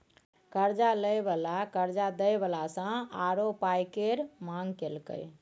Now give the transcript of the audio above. कर्जा लय बला कर्जा दय बला सँ आरो पाइ केर मांग केलकै